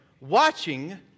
watching